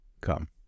come